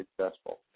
successful